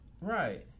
Right